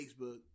Facebook